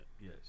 Yes